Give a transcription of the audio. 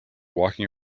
walking